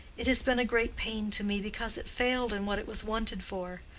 it has been a great pain to me, because it failed in what it was wanted for.